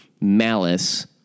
malice